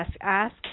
ask